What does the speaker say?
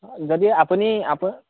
অঁ যদি আপুনি